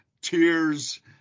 tears